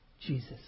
Jesus